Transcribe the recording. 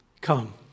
come